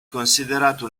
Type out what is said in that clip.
considerato